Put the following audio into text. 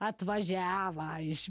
atvažiava iš